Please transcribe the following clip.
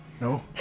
No